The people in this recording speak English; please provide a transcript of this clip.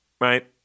right